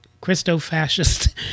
Christo-fascist